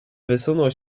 wysunął